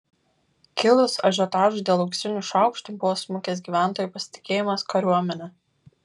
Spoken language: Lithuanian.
kilus ažiotažui dėl auksinių šaukštų buvo smukęs gyventojų pasitikėjimas kariuomene